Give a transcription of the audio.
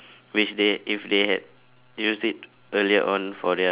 which they if they had used it earlier on for their